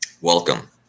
Welcome